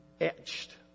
etched